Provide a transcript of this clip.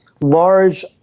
Large